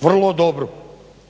vrlo dobru.